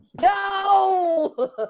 No